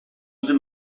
the